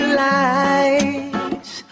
lights